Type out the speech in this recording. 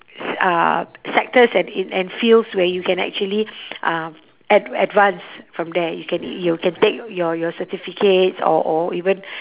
s~ uh sectors and and fields where you can actually um ad~ advance from there you can you can take your your certificates or or even